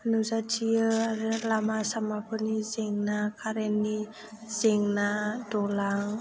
नुजाथियो आरो लामा सामाफोरनि जेंना खारेन्टनि जेंना दालां